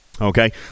Okay